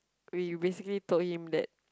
we basically told him that